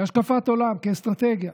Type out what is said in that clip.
כהשקפת עולם, כאסטרטגיה.